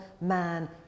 man